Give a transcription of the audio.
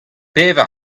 pevar